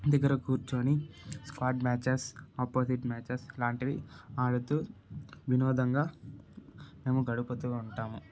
ఇంటి దగ్గర కూర్చొని స్క్వాడ్ మ్యాచెస్ అపోజిట్ మ్యాచెస్ ఇలాంటివి ఆడుతు వినోదంగా మేము గడుపుతు ఉంటాము